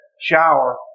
Shower